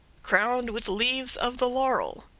crowned with leaves of the laurel.